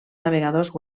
navegadors